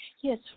Yes